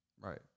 Right